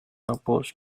opposed